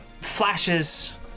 flashes